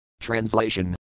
Translation